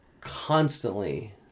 constantly